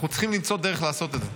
אנחנו צריכים למצוא דרך לעשות את זה.